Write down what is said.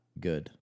good